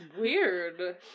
Weird